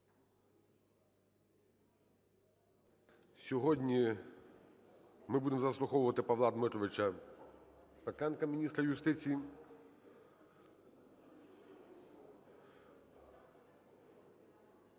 Сьогодні ми будемо заслуховувати Павла Дмитровича Петренка, міністра юстиції.